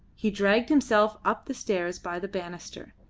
he dragged himself up the stairs by the banister,